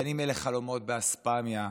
בין שאלה חלומות באספמיה,